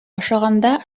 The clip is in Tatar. ашаганда